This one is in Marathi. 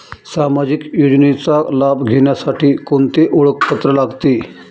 सामाजिक योजनेचा लाभ घेण्यासाठी कोणते ओळखपत्र लागते?